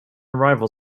arrival